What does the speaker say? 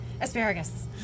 asparagus